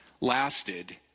lasted